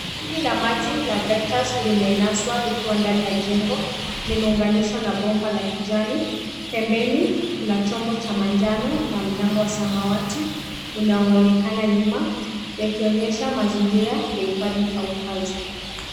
Tanki la maji la Vectus limenaswa likiwa ndani ya jengo. Limeunganishwa na bomba la kijani. Pembeni kuna chombo cha manjano na mlango wa samawati unaoonekana nyuma yakionyesha mazingira ya hifadhi au kazi.